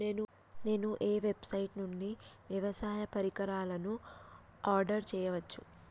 నేను ఏ వెబ్సైట్ నుండి వ్యవసాయ పరికరాలను ఆర్డర్ చేయవచ్చు?